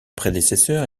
prédécesseurs